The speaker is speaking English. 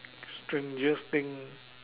stranger thing